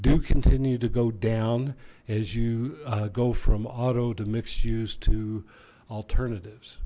do continue to go down as you go from auto to mixed use to alternatives